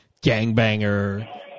gangbanger